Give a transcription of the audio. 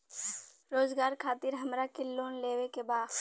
रोजगार खातीर हमरा के लोन लेवे के बा?